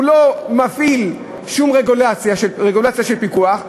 הוא לא מפעיל שום רגולציה של פיקוח,